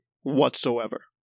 whatsoever